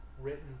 written